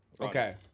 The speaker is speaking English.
okay